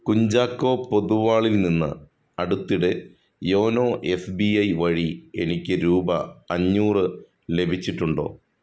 കുഞ്ചാക്കോ പൊതുവാളിൽ നിന്ന് അടുത്തിടെ യോനോ എഫ് ബി ഐ വഴി എനിക്ക് രൂപ അഞ്ഞൂറ് ലഭിച്ചിട്ടുണ്ടോ